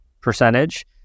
percentage